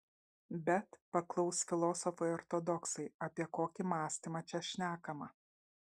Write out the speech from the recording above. bet paklaus filosofai ortodoksai apie kokį mąstymą čia šnekama